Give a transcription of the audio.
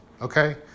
Okay